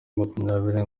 makumyabiri